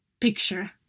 picture